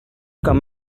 come